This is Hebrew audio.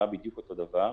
הוא נראה בדיוק אותו דבר,